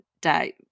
day